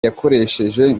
yakoresheje